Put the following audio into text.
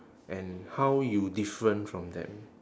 and how you different from them